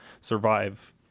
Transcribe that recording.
survive